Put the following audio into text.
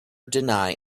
deny